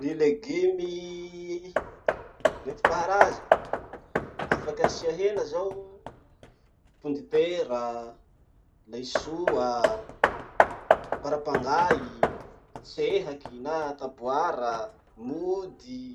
Ny legume netim-paharaza afaky asia hena zao: pondetera, laisoa, parapangay, sehaky na taboara, mody.